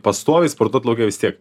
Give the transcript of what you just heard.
pastoviai sportuot lauke vis tiek